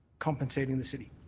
compensating the city?